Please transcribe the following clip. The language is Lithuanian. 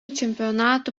čempionato